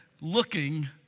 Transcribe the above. looking